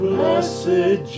Blessed